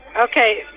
Okay